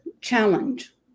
challenge